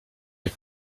les